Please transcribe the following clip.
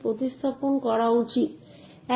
তাই object file তৈরি করুন এবং প্রসেসে নিজেরটা লিখুন